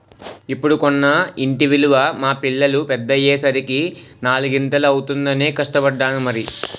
ఇప్పుడు కొన్న ఇంటి విలువ మా పిల్లలు పెద్దయ్యే సరికి నాలిగింతలు అవుతుందనే కష్టపడ్డాను మరి